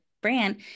brand